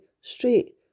straight